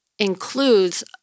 includes